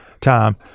time